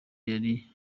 yari